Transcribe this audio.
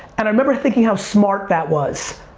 and i remember thinking how smart that was.